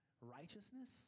righteousness